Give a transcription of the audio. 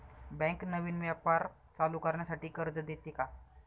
Bank नवीन व्यापार चालू करण्यासाठी कर्ज देते का?